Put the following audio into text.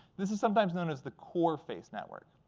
this is sometimes known as the core face network.